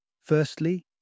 Firstly